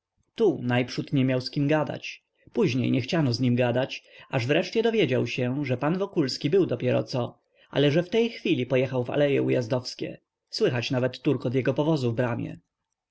tu najprzód nie miał z kim gadać potem nie chciano z nim gadać aż nareszcie dowiedział się że pan wokulski był dopieroco ale że w tej chwili pojechał w aleje ujazdowskie słychać nawet turkot jego powozu